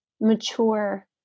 mature